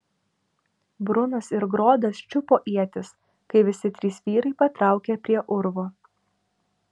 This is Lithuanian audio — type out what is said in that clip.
brunas ir grodas čiupo ietis kai visi trys vyrai patraukė prie urvo